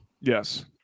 Yes